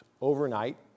overnight